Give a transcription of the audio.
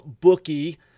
bookie